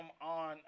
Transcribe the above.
on